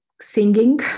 singing